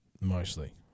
Mostly